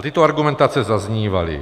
Tyto argumentace zaznívaly.